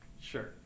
Sure